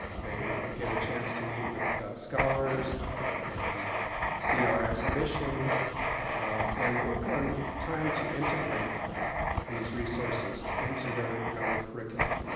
they get a chance to meet with scholars and and see our exhibitions and work on time to integrate these resources into their their own curriculum.